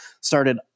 started